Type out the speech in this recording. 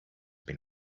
been